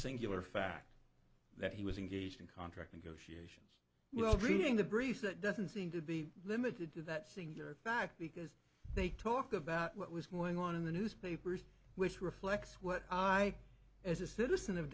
singular fact that he was engaged in contracting goes well reading the briefs that doesn't seem to be limited to that singular fact because they talk about what was going on in the newspapers which reflects what i as a citizen of